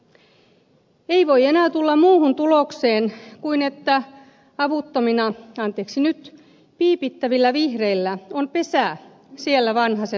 ei voi enää tulla muuhun tulokseen kuin että avuttomina anteeksi nyt piipittävillä vihreillä on pesä siellä vanhasen lautakasassa